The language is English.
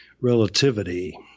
Relativity